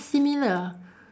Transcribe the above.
similar